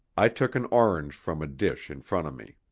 i took an orange from a dish in front of me.